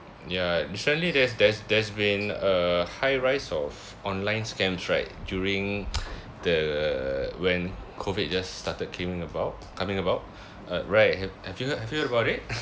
ya recently there's there's there's been a high rise of online scams right during the when COVID just started caming about coming about uh right have have you have you heard about it